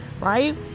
right